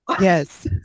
yes